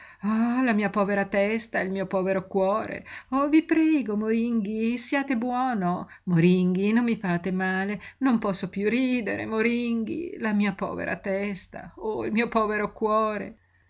la mia povera testa il mio povero cuore i prego moringhi siate buono moringhi non mi fate male non posso piú ridere moringhi la mia povera testa il mio povero cuore